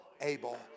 able